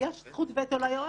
כן, בממשלתית יש זכות וטו ליועץ.